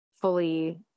fully